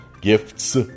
Gifts